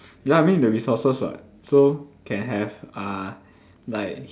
ya I mean the resources [what] so can have uh like